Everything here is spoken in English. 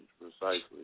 Precisely